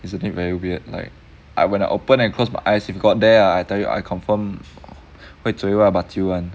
isn't it very weird like I when I open and close my eyes if got there I tell you I confirm 会 zhui wa ma jiu [one]